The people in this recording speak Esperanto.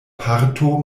parto